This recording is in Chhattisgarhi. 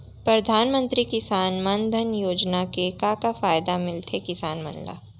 परधानमंतरी किसान मन धन योजना के का का फायदा मिलथे किसान मन ला?